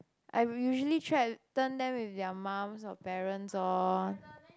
I will usually try to turn them with their mums or parents orh